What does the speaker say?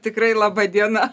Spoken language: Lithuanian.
tikrai laba diena